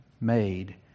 made